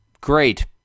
Great